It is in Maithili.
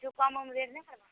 किछु कम उम रेट नहि करबऽ